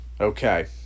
Okay